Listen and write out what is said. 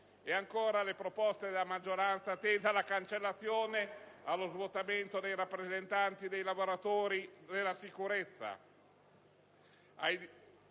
ancora, le proposte della maggioranza tese alla cancellazione o allo svuotamento del ruolo dei rappresentanti dei lavoratori per la sicurezza,